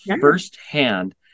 firsthand